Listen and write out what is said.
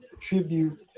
tribute